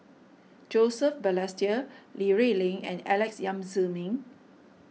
Joseph Balestier Li Rulin and Alex Yam Ziming